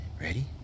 Ready